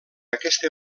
aquesta